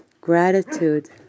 gratitude